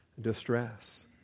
distress